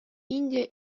индия